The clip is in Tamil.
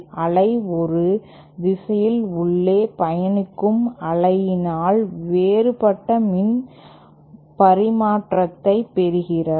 அலை ஒரு திசையில் உள்ளே பயணிக்கும் அலையினால் வேறுபட்ட மின் பரிமாற்றத்தைப் பெறுகிறோம்